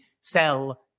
sell